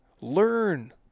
Learn